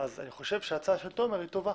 אני חושב שההצעה של תומר היא טובה.